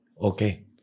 okay